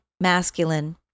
masculine